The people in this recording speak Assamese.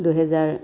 দুহেজাৰ